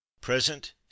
present